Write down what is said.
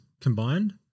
combined